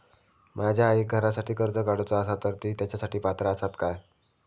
माझ्या आईक घरासाठी कर्ज काढूचा असा तर ती तेच्यासाठी पात्र असात काय?